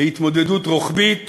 להתמודדות רוחבית